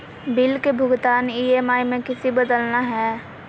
Bill के भुगतान EMI में किसी बदलना है?